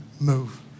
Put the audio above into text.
move